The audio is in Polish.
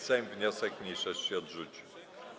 Sejm wniosek mniejszości odrzucił.